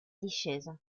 discesa